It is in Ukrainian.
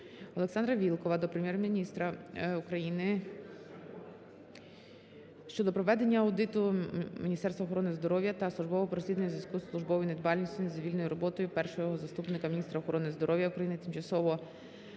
Олександра Вілкула до Прем'єр-міністра України щодо проведення аудиту Міністерства охорони здоров'я та службового розслідування в зв'язку з службовою недбалістю, незадовільною роботою першого заступника міністра охорони здоров'я України, тимчасово